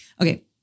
okay